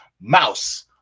Mouse